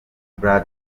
brad